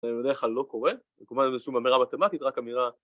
בדרך כלל זה לא קורה. ‫זה אמירה מתמטית, רק אמירה...